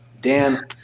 Dan